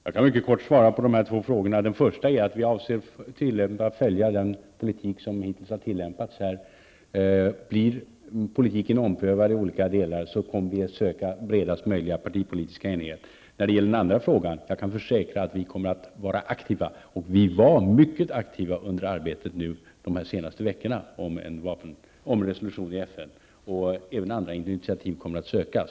Herr talman! Jag kan mycket kort svara på dessa två frågor. Vi avser att tillämpa den politik som har tillämpats hittills. Blir politiken omprövad i olika delar, kommer vi att söka bredaste möjliga partipolitiska enighet. När det gäller den andra frågan kan jag försäkra att vi kommer att vara aktiva. Vi var mycket aktiva under arbetet de senaste veckorna med en resolution i FN. Även andra initiativ kommer att sökas.